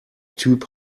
typ